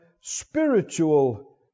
spiritual